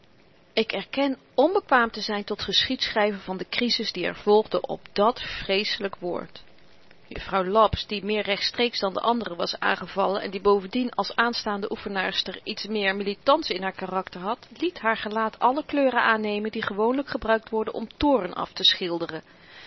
ik erken onbekwaam te zyn tot geschiedschryver van de krisis die er volgde op dat vreeselyk woord juffrouw laps die meer rechtstreeks dan de anderen was aangevallen en die bovendien als aanstaande oefenaarster iets meer militants in haar karakter had liet haar gelaat alle kleuren aannemen die gewoonlyk gebruikt worden om toorn afteschilderen